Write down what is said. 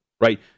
right